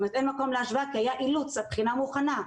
אין מקום להשוואה כי היה אילוץ, הבחינה מוכנה.